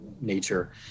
nature